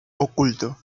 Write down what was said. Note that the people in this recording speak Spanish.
oculto